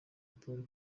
polly